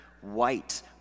white